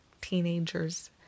teenagers